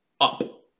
up